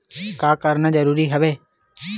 का करना जरूरी हवय?